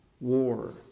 war